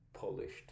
polished